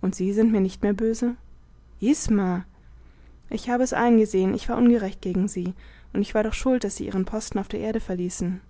und sie sind mir nicht mehr böse isma ich habe es eingesehen ich war ungerecht gegen sie und ich war doch schuld daß sie ihren posten auf der erde verließen